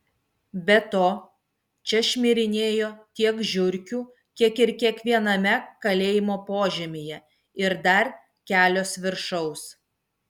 be to čia šmirinėjo tiek žiurkių kiek ir kiekviename kalėjimo požemyje ir dar kelios viršaus